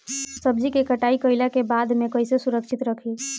सब्जी क कटाई कईला के बाद में कईसे सुरक्षित रखीं?